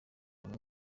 bamwe